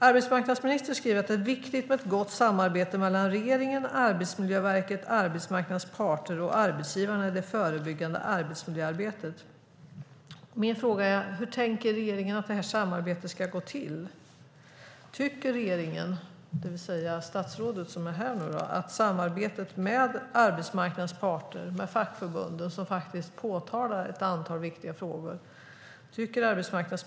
Arbetsmarknadsministern säger att det är viktigt med ett gott samarbete mellan regeringen, Arbetsmiljöverket, arbetsmarknadens parter och arbetsgivarna i det förebyggande arbetsmiljöarbetet. Min fråga är: Hur tänker regeringen att det samarbetet ska gå till? Tycker regeringen, det vill säga statsrådet som är här i kammaren, att samarbetet med arbetsmarknadens parter och med fackförbunden, som faktiskt påtalar ett antal viktiga frågor, ser bra ut?